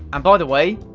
and by the way,